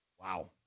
Wow